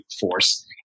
force